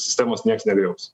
sistemos nieks negriaus